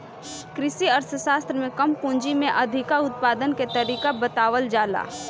कृषि अर्थशास्त्र में कम पूंजी में अधिका उत्पादन के तरीका बतावल जाला